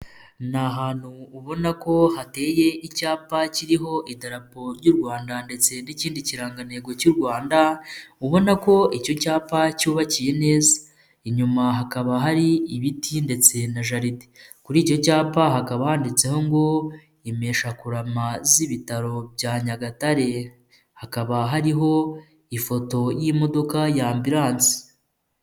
Ni ahantu ubona ko hateye icyapa kiriho idaraporo ry'u rwanda ndetse n'ikindi kirangantego cy'u rwanda, ubona ko icyo cyapa cyubakiye neza. Inyuma hakaba hari ibiti ndetse na jaride. Kuri icyo cyapa, hakaba handitseho ngo '' impeshakurama z'ibitaro bya Nyagatare''. Hakaba hariho ifoto y'imodoka y'ambulance.